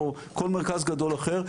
או כל מרכז גדול אחר,